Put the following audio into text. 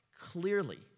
Clearly